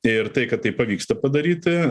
ir tai kad tai pavyksta padaryti